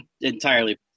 entirely